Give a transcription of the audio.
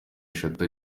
eshatu